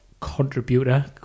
Contributor